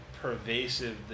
pervasive